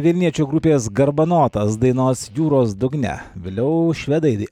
vilniečių grupės garbanotas dainos jūros dugne vėliau švedai